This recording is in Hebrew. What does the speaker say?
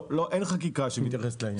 לא, אין חקיקה שמתייחסת לעניין.